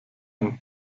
ein